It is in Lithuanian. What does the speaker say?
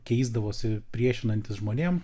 keisdavosi priešinantis žmonėm